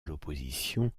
l’opposition